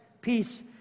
peace